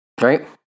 Right